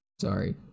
Sorry